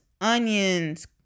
onions